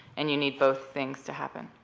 and you need both things to happen.